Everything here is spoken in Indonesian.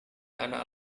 anak